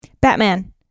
Batman